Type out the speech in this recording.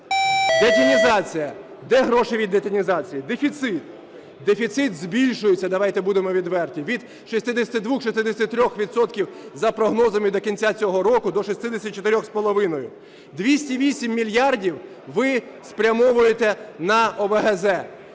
Детінізація. Де гроші від детінізації? Дефіцит. Дефіцит збільшується, давайте будемо відверті. Від 62-63 відсотків, за прогнозами, до кінця цього року – до 64,5. 208 мільярдів ви спрямовуєте на ОВГЗ.